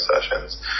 sessions